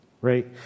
right